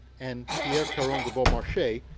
and pierre carron de beaumarchais,